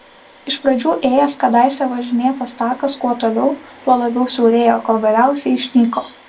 iš pradžių ėjęs kadaise važinėtas takas kuo toliau tuo labiau siaurėjo kol galiausiai išnyko